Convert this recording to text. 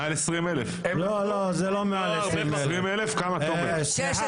מעל 20,000. לא, זה לא מעל 20,000. שרת